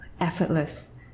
effortless